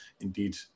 indeed